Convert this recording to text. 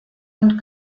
und